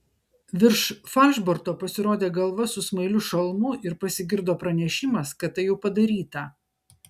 virš falšborto pasirodė galva su smailiu šalmu ir pasigirdo pranešimas kad tai jau padaryta